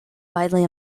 widely